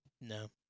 No